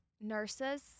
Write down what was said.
nurses